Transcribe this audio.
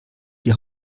die